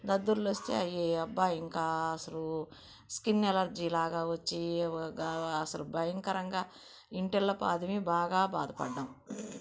దద్దుర్లు వస్తే అవి అబ్బా ఇంకా అస్సలు స్కిన్ అలెర్జీ లాగా వచ్చి అస్సలు భయంకరంగా ఇంటిల్లాపాదిమి బాగా భాద పడ్డాం